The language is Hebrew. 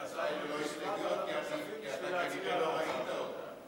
ההצעה היא ללא הסתייגויות כי אתה כנראה לא ראית אותה.